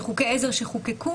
שחוקי עזר שחוקקו,